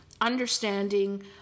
understanding